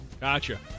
Gotcha